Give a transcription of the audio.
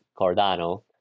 Cardano